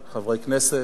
חברי כנסת,